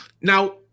Now